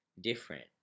different